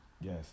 Yes